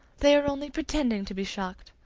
they are only pretending to be shocked.